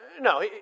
No